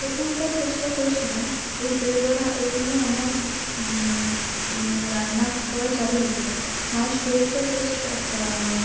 প্রথমবার চেষ্টা করেছিলাম এই দইবড়া এভাবে আমার রান্না করা চালু হয়েছিল মায়ের শরীরটাও বেশ